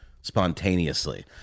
spontaneously